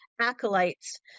acolytes